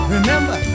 Remember